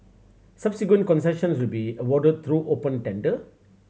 subsequent concessions will be awarded through open tender